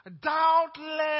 Doubtless